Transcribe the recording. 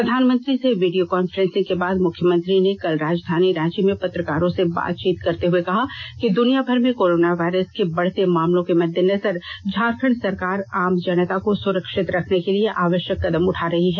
प्रधानमंत्री से video conferencing के बाद मुख्यमंत्री ने कल राजधानी रांची में पत्रकारों से बातचीत करते हुए कहा कि दुनिया भर में कोरोना वायरस के बढ़ते मामलों के मद्देनजर झारखंड सरकार आम जनता को सुरक्षित रखने के लिए आवष्यक कदम उठा रही है